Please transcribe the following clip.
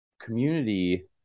Community